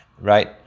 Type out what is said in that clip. right